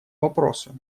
вопросу